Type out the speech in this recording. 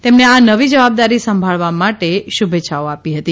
તેમને આ નવી જવાબદારી સંભાળવા માટેની શુભેચ્છાઓ આપી હતી